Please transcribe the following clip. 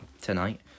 tonight